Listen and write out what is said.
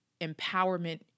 empowerment